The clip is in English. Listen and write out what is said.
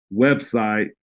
website